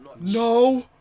No